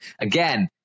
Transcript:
again